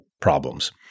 problems